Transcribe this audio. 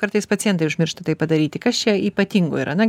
kartais pacientai užmiršta tai padaryti kas čia ypatingo yra na